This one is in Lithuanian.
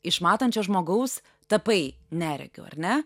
iš matančio žmogaus tapai neregiu ar ne